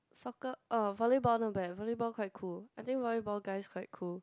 soccer oh volleyball no bad volleyball quite cool I think volleyball guys quite cool